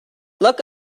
look